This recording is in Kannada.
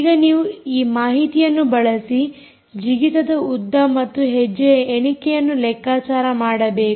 ಈಗ ನೀವು ಈ ಮಾಹಿತಿಯನ್ನು ಬಳಸಿ ಜಿಗಿತದ ಉದ್ದ ಮತ್ತು ಹೆಜ್ಜೆಯ ಎಣಿಕೆಯನ್ನು ಲೆಕ್ಕಾಚಾರ ಮಾಡಬೇಕು